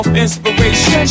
inspiration